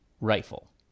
rifle